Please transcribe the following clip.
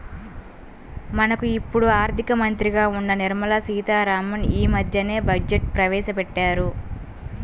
మనకు ఇప్పుడు ఆర్థిక మంత్రిగా ఉన్న నిర్మలా సీతారామన్ యీ మద్దెనే బడ్జెట్ను ప్రవేశపెట్టారు